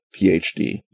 PhD